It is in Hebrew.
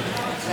בימים האחרונים,